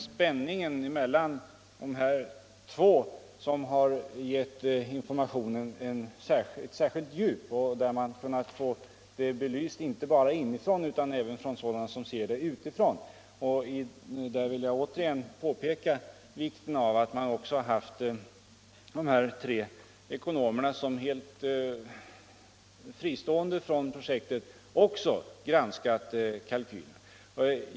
Det är spänningen mellan de här två intressegrup = het för offentligt perna som har gett informationen ett särskilt djup och som gjort att uppdrag man kunnat få problemet belyst inte bara inifrån utan även av sådana som ser det utifrån. Där vill jag återigen påpeka vikten av att man också haft de här tre ekonomerna som helt fristående från projektet har kritiskt granskat de ekonomiska förutsättningarna.